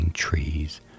trees